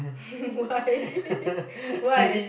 why why